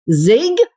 zig